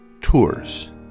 Tours